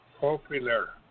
popular